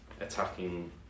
attacking